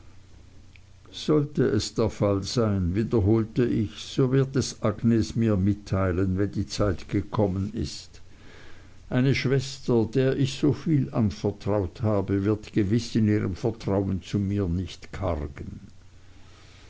sollte es der fall sein wiederholte ich so wird es mir agnes mitteilen wenn die zeit gekommen ist eine schwester der ich soviel anvertraut habe wird gewiß in ihrem vertrauen zu mir nicht kargen